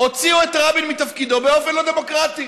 הוציאו את רבין מתפקידו באופן לא דמוקרטי.